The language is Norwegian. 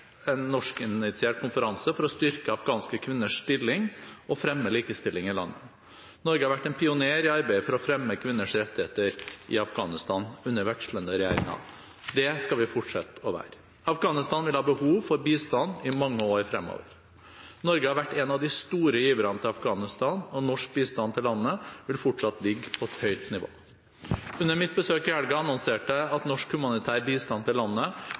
en norskinitiert konferanse for å styrke afghanske kvinners stilling og fremme likestilling i landet. Norge har vært en pioner i arbeidet for å fremme kvinners rettigheter i Afghanistan, under vekslende regjeringer. Det skal vi fortsette å være. Afghanistan vil ha behov for bistand i mange år fremover. Norge har vært en av de store giverne til Afghanistan, og norsk bistand til landet vil fortsatt ligge på et høyt nivå. Under mitt besøk i helgen annonserte jeg at norsk humanitær bistand til landet